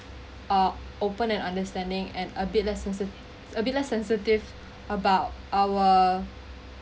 ah open and understanding and a bit less sensa~ a bit less sensitive about our